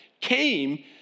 came